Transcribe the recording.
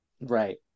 Right